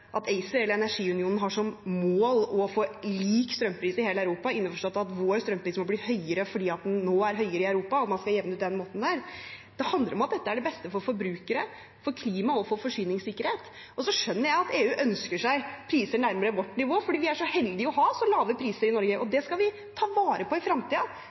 ACER eller energiunionen har som mål å få lik strømpris i hele Europa, innforstått at vår strømpris må bli høyere fordi den nå er høyere i Europa og man skal jevne ut. Det handler om at dette er det beste for forbrukere, for klimaet og for forsyningssikkerhet. Så skjønner jeg at EU ønsker seg priser nærmere vårt nivå, fordi vi er så heldige å ha så lave priser i Norge, og det skal vi ta vare på i